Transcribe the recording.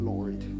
Lord